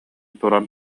туран